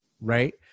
right